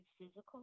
physical